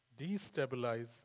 destabilize